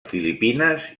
filipines